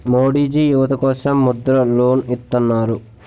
మోడీజీ యువత కోసం ముద్ర లోన్ ఇత్తన్నారు